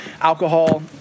Alcohol